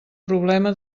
problema